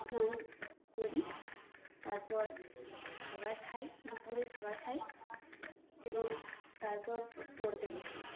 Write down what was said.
স্নান করি তারপর খাবার খাই দুপুরে খাবার খাই এবং তারপর পড়তে বসি